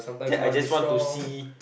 check I just want to see